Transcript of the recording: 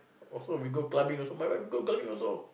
also we go clubbing also my wife go clubbing also